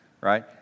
Right